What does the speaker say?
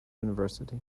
university